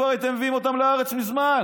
כבר הייתם מביאים אותם לארץ מזמן.